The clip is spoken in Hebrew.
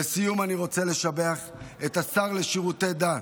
לסיום, אני רוצה לשבח את השר לשירותי דת,